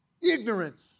ignorance